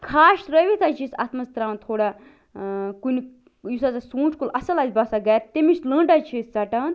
خاش ترٛٲوِتھ حظ چھِ أسۍ اَتھ منٛز ترٛاوان تھوڑا ٲں کُنہِ یُس حظ اسہِ ژونٛٹھۍ کُل اصٕل آسہِ باسان گھرِ تٔمِچ لٔنٛڈ حظ چھِ أسۍ ژٹان